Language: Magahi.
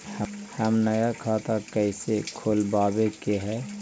हम नया बैंक खाता कैसे खोलबाबे के है?